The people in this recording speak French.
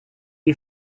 est